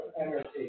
energy